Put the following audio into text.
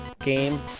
game